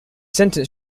sentence